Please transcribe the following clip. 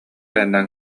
айаннаан